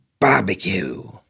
barbecue